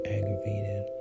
Aggravated